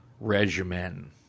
regimen